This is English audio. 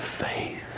faith